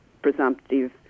Presumptive